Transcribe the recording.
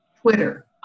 Twitter